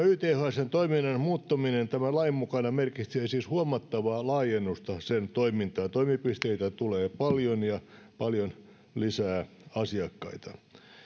ythsn toiminnan muuttuminen tämän lain mukana merkitsee siis huomattavaa laajennusta sen toimintaan toimipisteitä tulee paljon ja paljon lisää asiakkaita